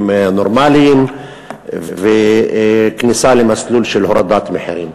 נורמליים וכניסה למסלול של הורדת מחירים.